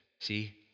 See